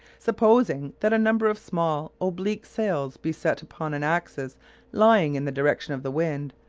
supposing that a number of small oblique sails be set upon an axis lying in the direction of the wind,